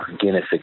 Guinness